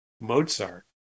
Mozart